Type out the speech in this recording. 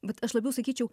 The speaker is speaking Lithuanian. vat aš labiau sakyčiau